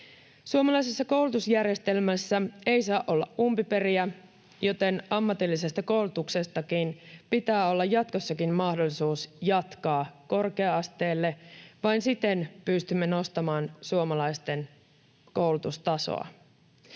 Suomalaisessa koulutusjärjestelmässä ei saa olla umpiperiä, joten ammatillisesta koulutuksestakin pitää olla jatkossakin mahdollisuus jatkaa korkea-asteelle. Vain siten pystymme nostamaan suomalaisten koulutustasoa.